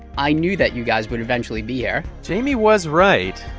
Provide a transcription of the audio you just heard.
i knew that you guys would eventually be here jayme was right.